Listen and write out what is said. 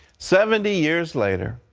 seventy years later,